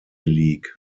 league